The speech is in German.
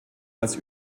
als